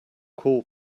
call